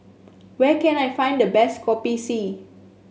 where can I find the best Kopi C